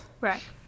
Right